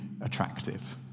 attractive